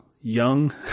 young